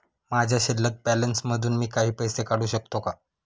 माझ्या शिल्लक बॅलन्स मधून मी काही पैसे काढू शकतो का?